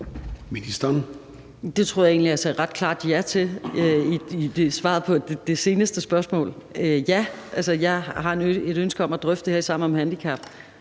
jeg egentlig jeg sagde ret klart ja til i svaret på det seneste spørgsmål. Ja, jeg har et ønske om at drøfte det her i Sammen om handicap,